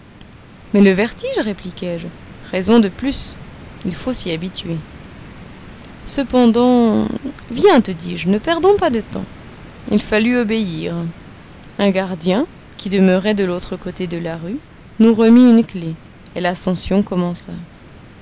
mais le vertige répliquai-je raison de plus il faut s'y habituer cependant viens te dis-je ne perdons pas de temps il fallut obéir un gardien qui demeurait de l'autre côté de la rue nous remit une clef et l'ascension commença